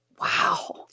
wow